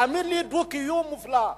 תאמין לי שזה דו-קיום מופלא.